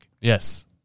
Yes